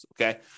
okay